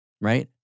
right